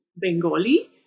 Bengali